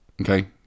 Okay